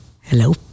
Hello